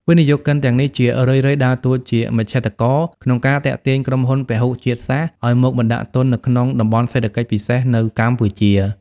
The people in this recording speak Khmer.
វិនិយោគិនទាំងនេះជារឿយៗដើរតួជា "មជ្ឈត្តករ" ក្នុងការទាក់ទាញក្រុមហ៊ុនពហុជាតិសាសន៍ឱ្យមកបណ្ដាក់ទុននៅក្នុង តំបន់សេដ្ឋកិច្ចពិសេស នៅកម្ពុជា។